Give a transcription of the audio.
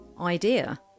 idea